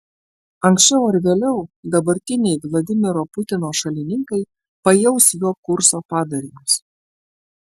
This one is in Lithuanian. anksčiau ar vėliau dabartiniai vladimiro putino šalininkai pajaus jo kurso padarinius